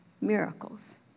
miracles